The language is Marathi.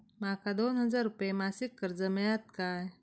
माका दोन हजार रुपये मासिक कर्ज मिळात काय?